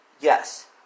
Yes